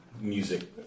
music